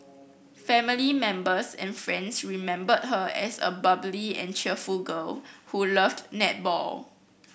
family members and friends remembered her as a bubbly and cheerful girl who loved netball